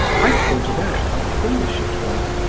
i pointed out how foolish it was,